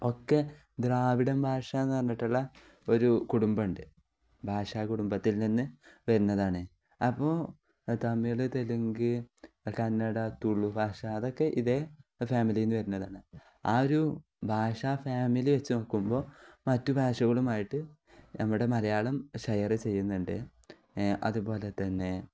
ഒക്കെ ദ്രാവിഡം ഭാഷ എന്ന് പറഞ്ഞിട്ടുള്ള ഒരു കുടുംബമുണ്ട് ഭാഷാ കുടുംബത്തിൽ നിന്ന് വരുന്നതാണ് അപ്പോൾ തമിഴ് തെലുങ്ക് കന്നഡ തുളു ഭാഷ അതൊക്കെ ഇതേ ഫാമിലിയിൽ നിന്ന് വരുന്നതാണ് ആ ഒരു ഭാഷാ ഫാമിലി വച്ചു നോക്കുമ്പോൾ മറ്റു ഭാഷകളുമായിട്ട് നമ്മുടെ മലയാളം ഷെയറ് ചെയ്യുന്നുണ്ട് അതുപോലെ തന്നെ